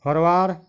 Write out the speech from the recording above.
forward